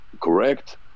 correct